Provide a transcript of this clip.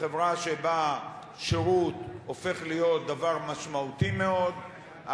בחברה שבה שירות הופך להיות דבר משמעותי מאוד,